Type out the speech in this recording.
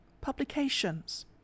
publications